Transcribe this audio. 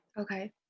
Okay